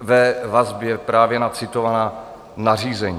ve vazbě právě na citovaná nařízení.